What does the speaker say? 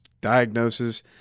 diagnosis